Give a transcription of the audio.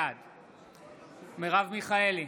בעד מרב מיכאלי,